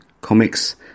comics